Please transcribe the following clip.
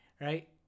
right